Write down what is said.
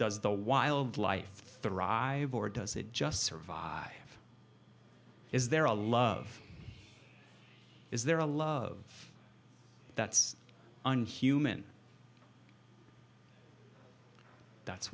does the wild life thrive or does it just survive is there a love is there a love that's on him and that's